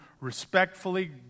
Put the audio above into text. respectfully